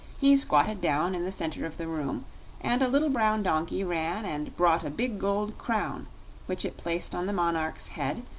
he squatted down in the center of the room and a little brown donkey ran and brought a big gold crown which it placed on the monarch's head,